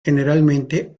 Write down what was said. generalmente